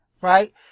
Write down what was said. Right